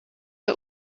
but